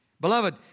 Beloved